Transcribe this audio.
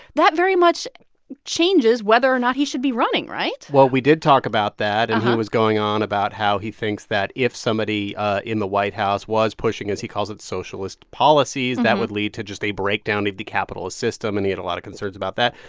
that very much changes whether or not he should be running, right? well, we did talk about that. and he was going on about how he thinks that if somebody in the white house was pushing, as he calls it, socialist policies, that would lead to just a breakdown of the capitalist system. and he had a lot of concerns about that.